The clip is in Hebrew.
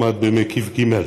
למד במקיף ג'